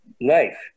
knife